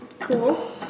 Cool